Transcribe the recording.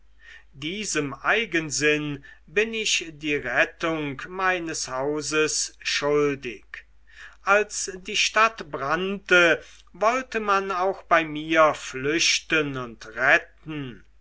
diesem eigensinn bin ich die rettung meines hauses schuldig als die stadt brannte wollte man auch bei mir flüchten und retten